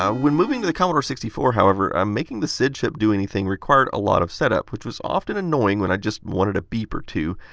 um when moving to the commodore sixty four, however, um making the sid chip do anything required a lot of setup, which was often annoying when i just wanted a beep or two.